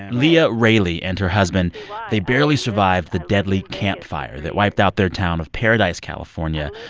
leah raily and her husband they barely survived the deadly camp fire that wiped out their town of paradise, calif, ah and